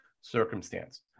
circumstance